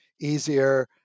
easier